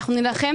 אנחנו נילחם